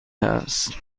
است